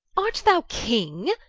art thou king,